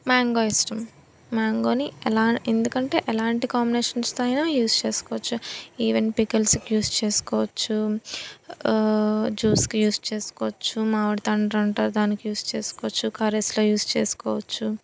mango ఇష్టం మ్యాంగోని ఎలా ఎందుకంటే ఎలాంటి కాంబినేషన్స్తో అయినా యూస్ చేసుకోవచ్చు ఈవెన్ పికెల్స్కి యూస్ చేసుకోవచ్చు జ్యూస్కి యూస్ చేసుకోవచ్చు మామిడి తాండ్ర అంటారు దానికి యూస్ చేసుకోవచ్చు కర్రీస్లో యూస్ చేసుకోవచ్చు